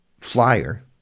flyer